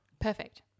Perfect